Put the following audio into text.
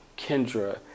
Kendra